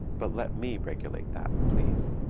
but let me regulate that, please.